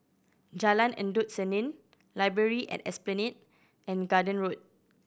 Jalan Endut Senin Library at Esplanade and Garden Road